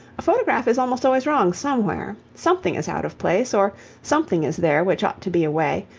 a photograph is almost always wrong somewhere. something is out of place, or something is there which ought to be away,